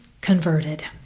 converted